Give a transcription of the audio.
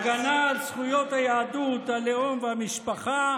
הגנה על זכויות היהדות, הלאום והמשפחה,